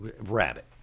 rabbit